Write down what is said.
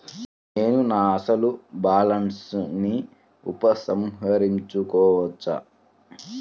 నేను నా అసలు బాలన్స్ ని ఉపసంహరించుకోవచ్చా?